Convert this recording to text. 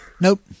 Nope